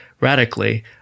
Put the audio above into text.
radically